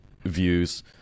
views